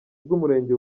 bw’umurenge